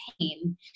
pain